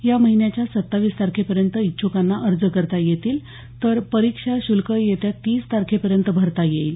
या महिन्याच्या सत्तावीस तारखेपर्यंत इच्छकांना अर्ज करता येतील तर परीक्षा शुल्क येत्या तीस तारखेपर्यंत भरता येईल